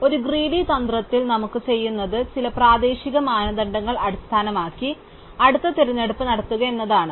അതിനാൽ ഒരു ഗ്രീഡി തന്ത്രത്തിൽ നമ്മൾ ചെയ്യുന്നത് ചില പ്രാദേശിക മാനദണ്ഡങ്ങൾ അടിസ്ഥാനമാക്കി അടുത്ത തിരഞ്ഞെടുപ്പ് നടത്തുക എന്നതാണ്